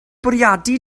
bwriadu